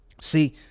See